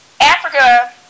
Africa